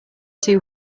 too